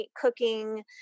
cooking